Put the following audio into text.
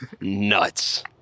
Nuts